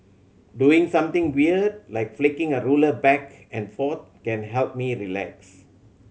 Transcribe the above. doing something weird like flicking a ruler back and forth can help me relax